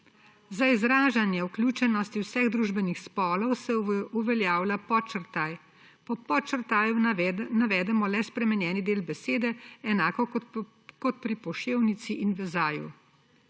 »Za izražanje vključenosti vseh družbenih spolov se uveljavlja podčrtaj. Po podčrtaju navedemo le spremenjeni del besede, enako kot pri poševnici in vezaju.